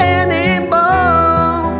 anymore